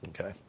Okay